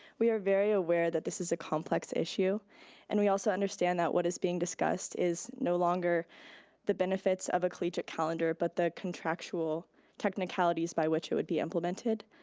we are very aware that this is a complex issue and we also understand that what is being discussed is no longer the benefits of a collegiate calendar but the contractual technicalities by which it would implemented.